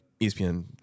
ESPN